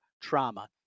trauma